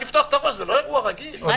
אני